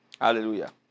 hallelujah